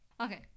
Okay